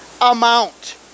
amount